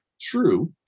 true